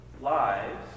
lives